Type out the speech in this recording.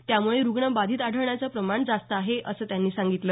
त्यामुळे रुग्ण पॉझिटिव्ह आढळण्याचं प्रमाण जास्त आहे असं त्यांनी सांगितलं